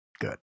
Good